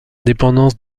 dépendance